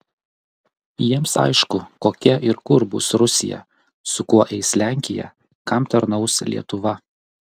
jiems aišku kokia ir kur bus rusija su kuo eis lenkija kam tarnaus lietuva